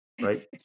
right